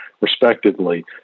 respectively